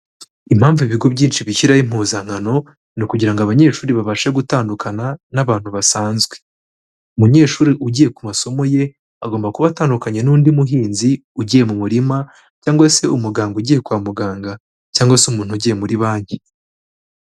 Impamvu ibigo byinshi bishyiraho impuzankano, ni ukugira ngo abanyeshuri babashe gutandukana n'abantu basanzwe. Umunyeshuri ugiye ku masomo ye, agomba kuba atandukanye n'undi muhinzi ugiye mu murima cyangwa se umuganga ugiye kwa muganga cyangwa se umuntu ugiye muri banki.